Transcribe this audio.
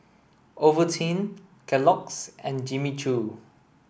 Ovaltine Kellogg's and Jimmy Choo